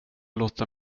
låta